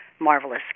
marvelous